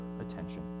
attention